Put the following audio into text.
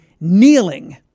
kneeling